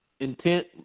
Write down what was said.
Intent